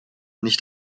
nicht